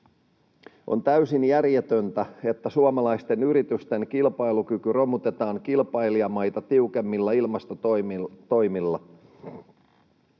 On täysin järjetöntä, että suomalaisten yritysten kilpailukyky romutetaan kilpailijamaita tiukemmilla ilmastotoimilla.